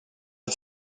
but